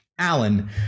Allen